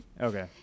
Okay